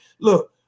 Look